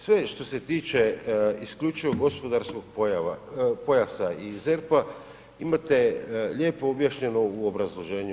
Sve što se tiče isključivog gospodarskog pojasa i ZERP-a imate lijepo objašnjeno u obrazloženju.